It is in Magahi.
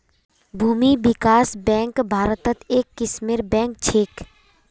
भूमि विकास बैंक भारत्त एक किस्मेर बैंक छेक